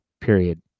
period